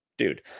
Dude